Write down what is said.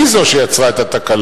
היא זו שיצרה את התקלה,